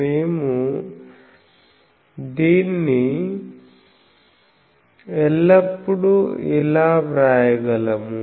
మేము దీన్ని ఎల్లప్పుడూ ఇలా వ్రాయగలము